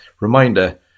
reminder